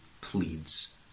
pleads